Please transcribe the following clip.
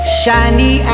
shiny